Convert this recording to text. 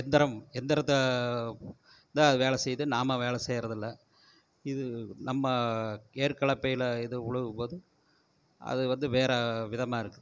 எந்திரம் எந்திரத்தை தான் வேலை செய்யுது நாம் வேலை செய்கிறது இல்லை இது நம்ம ஏர் கலப்பையில் இது உழுவும் போது அது வந்து வேறு விதமாக இருக்குது